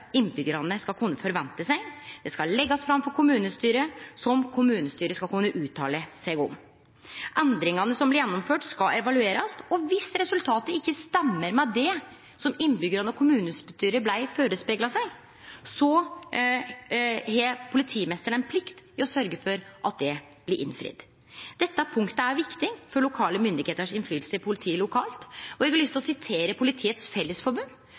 innbyggjarane skal kunne forvente seg. Det skal leggjast fram for kommunestyret, og kommunestyret skal kunne uttale seg om det. Endringane som blir gjennomførte, skal evaluerast, og viss resultatet ikkje stemmer med det som innbyggjarane og kommunestyret blei førespegla, så har politimeisteren ei plikt til å sørgje for at det blir innfridd. Dette punktet er viktig for lokale myndigheiter sin innflytelse i politiet lokalt, og eg har lyst til å referere til Politiets